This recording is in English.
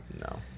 no